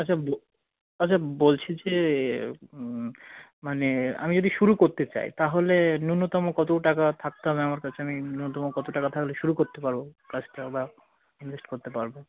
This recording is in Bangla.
আচ্ছা আচ্ছা বলছি যে মানে আমি যদি শুরু করতে চাই তাহলে ন্যূনতম কত টাকা থাকতে হবে আমার কাছে আমি ন্যূনতম কত টাকা থাকলে শুরু করতে পারব কাজটা বা ইনভেস্ট করতে পারব